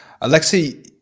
Alexei